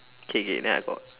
okay okay then I got